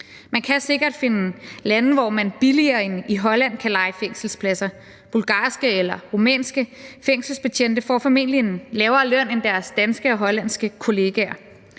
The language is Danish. Man kan sikkert finde lande, hvor man billigere end i Holland kan leje fængselspladser. Bulgarske eller rumænske fængselsbetjente får formentlig en lavere løn end deres danske og hollandske kolleger.